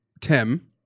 Tim